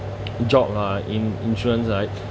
job lah in insurance right